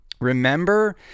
remember